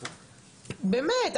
באמת,